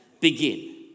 begin